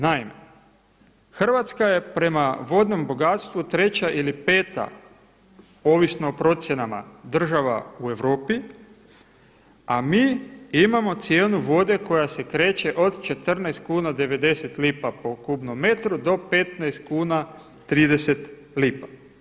Naime, Hrvatska je prema vodnom bogatstvu treća ili peta ovisno o procjenama država u Europi a mi imao cijenu vode koja se kreće od 14,90 kuna po kubnom metru do 15,30 kuna.